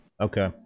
Okay